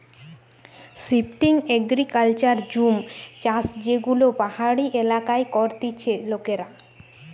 shifting agriculture জুম চাষযেগুলো পাহাড়ি এলাকায় করতিছে লোকেরা